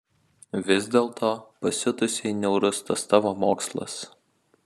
vis dėlto pasiutusiai niaurus tas tavo mokslas